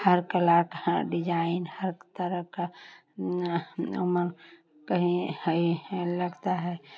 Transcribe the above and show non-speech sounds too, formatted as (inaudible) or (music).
हर कला का हर डिजाइन हर तरह का (unintelligible) कहीं (unintelligible) लगता है